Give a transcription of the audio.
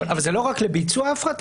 אבל זה לא רק לביצוע ההפרטה,